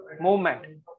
movement